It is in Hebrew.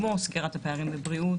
כמו סגירת הפערים בבריאות,